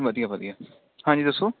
ਵਧੀਆ ਵਧੀਆ ਹਾਂਜੀ ਦੱਸੋ